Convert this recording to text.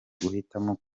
guhitamo